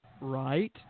right